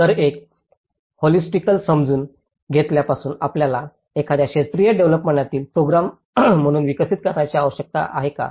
तर एक होलिस्टिकल्य समजून घेतल्यापासून आपल्याला एखाद्या क्षेत्रीय डेव्हलोपमेंटतील प्रोग्राम म्हणून विकसित करण्याची आवश्यकता आहे का